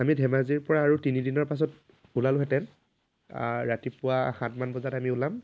আমি ধেমাজিৰ পৰা আৰু তিনিদিনৰ পাছত ওলালোহেঁতেন ৰাতিপুৱা সাতমান বজাত আমি ওলাম